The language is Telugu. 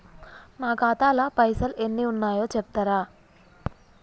నా ఖాతా లా పైసల్ ఎన్ని ఉన్నాయో చెప్తరా?